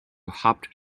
hopped